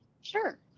Sure